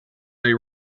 they